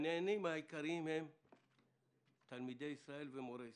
העניינים העיקריים הם תלמידי ישראל ומורי ישראל.